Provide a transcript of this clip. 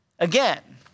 Again